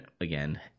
again